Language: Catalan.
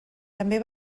també